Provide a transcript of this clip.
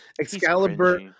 excalibur